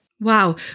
Wow